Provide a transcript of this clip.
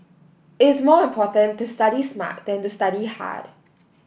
it's more important to study smart than to study hard